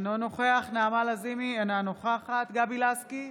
אינו נוכח נעמה לזימי, אינה נוכחת גבי לסקי,